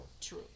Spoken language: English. true